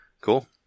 Cool